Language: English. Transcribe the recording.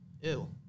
ew